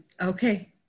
Okay